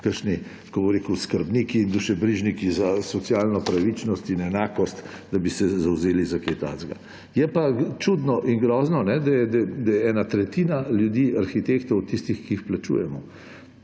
kakšni, tako bom rekel, skrbniki in dušebrižniki za socialno pravičnost in enakost, da bi se zavzeli za kaj takega. Je pa čudno in grozno, da je ena tretjina ljudi, arhitektov, tistih, ki jih plačujemo.